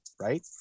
right